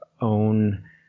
own